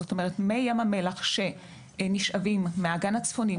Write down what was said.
זאת אומרת מי ים המלח שנשאבים מהאגן הצפוני,